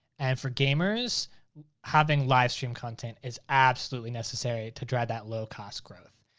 and for gamers having live stream content is absolutely necessary to drive that low-cost growth.